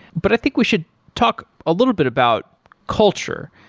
but i think we should talk a little bit about culture.